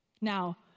Now